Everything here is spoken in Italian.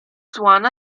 swan